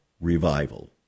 revival